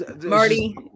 Marty